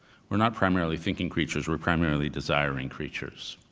we're not primarily thinking creatures, we're primarily desiring creatures,